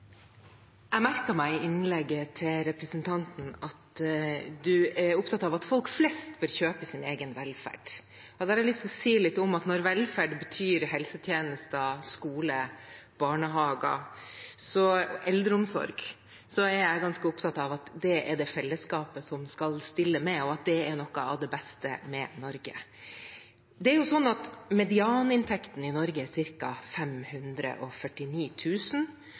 Jeg merket meg i innlegget til representanten at han er opptatt av at folk flest bør kjøpe sin egen velferd. Da har jeg lyst til å si litt om at når velferd betyr helsetjenester, skole, barnehager og eldreomsorg, er jeg ganske opptatt av at det er fellesskapet som skal stille med det, og at det er noe av det beste med Norge. Medianinntekten i Norge er